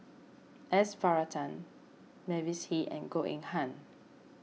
S Varathan Mavis Hee and Goh Eng Han